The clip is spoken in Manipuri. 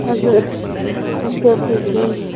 ꯑꯗꯣ ꯍꯣꯁꯇꯦꯜ ꯐꯤꯗꯨꯅ